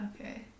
Okay